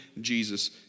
Jesus